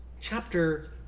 chapter